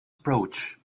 approach